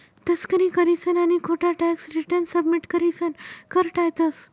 तस्करी करीसन आणि खोटा टॅक्स रिटर्न सबमिट करीसन कर टायतंस